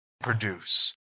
produce